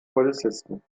polizisten